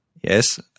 Yes